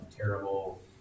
terrible